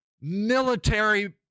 military